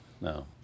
No